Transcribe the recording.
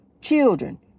children